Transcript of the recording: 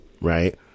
right